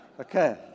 Okay